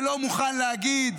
שלא מוכן להגיד: